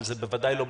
אבל זה לא בקונצנזוס,